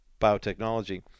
Biotechnology